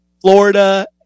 Florida